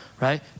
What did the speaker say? right